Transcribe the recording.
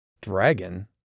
Dragon